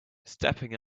stepping